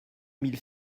mille